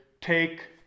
take